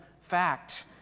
fact